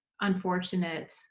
unfortunate